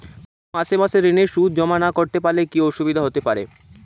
প্রতি মাসে মাসে ঋণের সুদ জমা করতে না পারলে কি অসুবিধা হতে পারে?